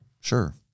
Sure